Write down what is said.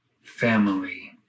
family